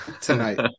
Tonight